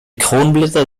kronblätter